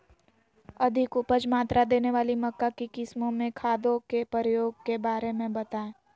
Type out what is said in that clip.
अधिक उपज मात्रा देने वाली मक्का की किस्मों में खादों के प्रयोग के बारे में बताएं?